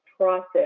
process